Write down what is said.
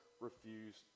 refused